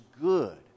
good